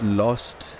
lost